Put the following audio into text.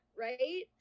right